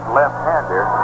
left-hander